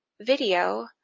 video